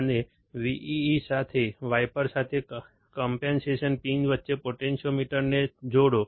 અને VEE સાથે wiper સાથે કંમ્પન્સેશન પિન વચ્ચે પોટેન્ટીયોમીટરને જોડો